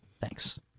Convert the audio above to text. thanks